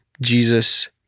Jesus